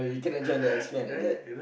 you can't enjoy the expand like that